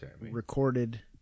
recorded